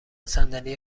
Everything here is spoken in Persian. صندلی